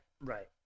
right